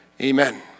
Amen